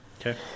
Okay